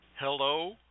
Hello